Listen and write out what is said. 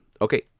Okay